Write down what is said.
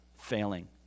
failing